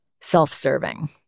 self-serving